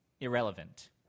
irrelevant